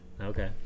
Okay